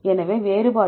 எனவே வேறுபாடு 0